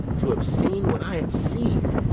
to have seen what i have seen,